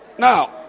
Now